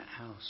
house